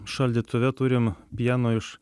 šaldytuve turim pieno iš